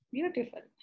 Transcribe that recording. Beautiful